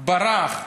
ברח.